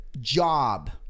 job